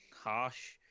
harsh